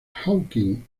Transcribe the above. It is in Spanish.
hawking